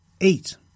Eight